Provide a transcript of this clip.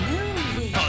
Movie